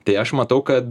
tai aš matau kad